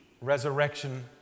Resurrection